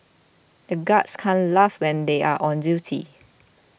the guards can't laugh when they are on duty